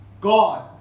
god